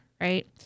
Right